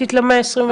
רלוונטית למאה ה-21?